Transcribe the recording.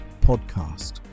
podcast